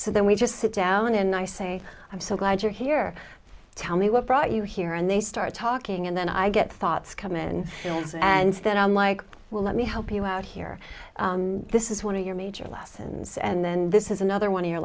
so then we just sit down and i say i'm so glad you're here tell me what brought you here and they start talking and then i get thoughts come in and then i'm like well let me help you out here this is one of your major lessons and then this is another one of your